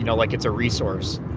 you know like it's a resource,